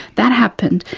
that happened,